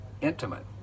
intimate